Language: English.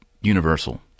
universal